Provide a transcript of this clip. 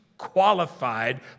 qualified